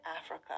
Africa